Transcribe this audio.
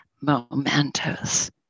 momentous